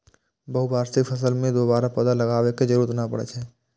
बहुवार्षिक फसल मे दोबारा पौधा लगाबै के जरूरत नै पड़ै छै